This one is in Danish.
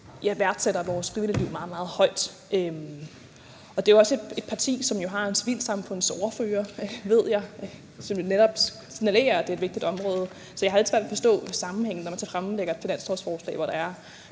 værdsætter vores frivillige meget højt. Det er også et parti, som har en civilsamfundsordfører, ved jeg, og det signalerer jo netop, at det er et vigtigt område. Så jeg har lidt svært ved at forstå sammenhængen, når man så fremsætter et finanslovsforslag, hvor der er